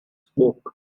smoke